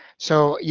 so, yeah